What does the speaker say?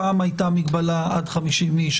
פעם הייתה מגבלה עד 50 איש,